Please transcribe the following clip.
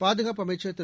பாதுகாப்பு அமைச்சர் திரு